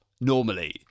normally